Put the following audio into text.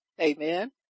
Amen